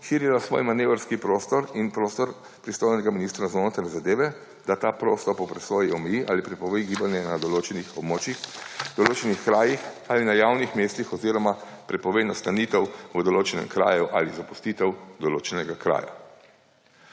širila svoj manevrski prostor in prostor pristojnega ministra za notranje zadeve, da ta prostor po presoji omeji ali prepove gibanje na določenih območjih, določenih krajih ali na javnih mestih oziroma prepove nastanitev v določenem kraju ali zapustitev določenega kraja,